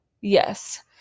Yes